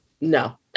No